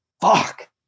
fuck